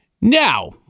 Now